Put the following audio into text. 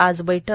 आज बैठक